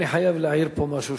אני חייב להעיר פה משהו.